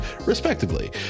respectively